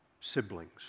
siblings